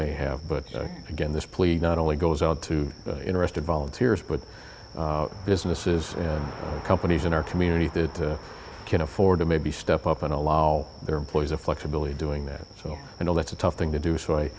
may have but again this plea not only goes out to interested volunteers but business is companies in our community that can afford to maybe step up and allow their employees the flexibility doing that so you know that's a tough thing to do so i